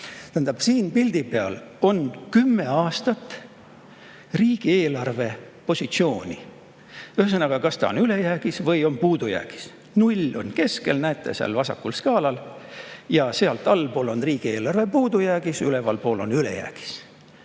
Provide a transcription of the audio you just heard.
Selle pildi peal on kümme aastat riigieelarve positsiooni, ühesõnaga, kas riigieelarve on ülejäägis või puudujäägis. Null on keskel, näete, seal vasakul skaalal, sealt allpool on riigieelarve puudujäägis, ülevalpool on ülejäägis.